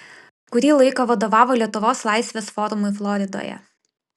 kurį laiką vadovavo lietuvos laisvės forumui floridoje